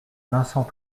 vincent